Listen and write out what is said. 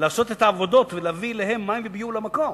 לעשות את העבודות ולהביא אליהם מים וביוב למקום.